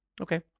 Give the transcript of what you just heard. Okay